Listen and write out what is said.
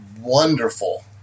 wonderful